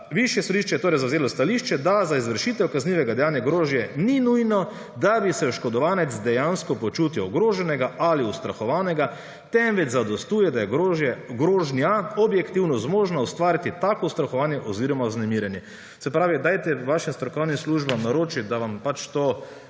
»Višje sodišče je zavzelo stališče, da za izvršitev kaznivega dejanja grožnje ni nujno, da bi se oškodovanec dejansko počutil ogroženega ali ustrahovanega, temveč zadostuje, da je grožnja objektivno zmožna ustvariti tako ustrahovanje oziroma vznemirjenje.« Se pravi, dajte svojim strokovnim službam naročiti, da vam to